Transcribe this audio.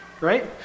right